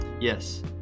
yes